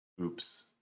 Oops